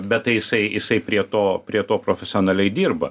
bet tai jisai jisai prie to prie to profesionaliai dirba